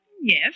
Yes